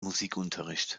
musikunterricht